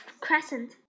crescent